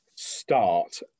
start